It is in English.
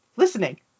Listening